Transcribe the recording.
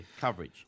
coverage